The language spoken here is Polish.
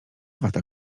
prawa